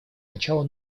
начало